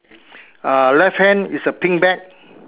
uh left hand is a pink bag